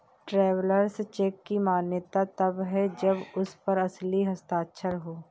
travellers cheque की मान्यता तब है जब उस पर असली हस्ताक्षर हो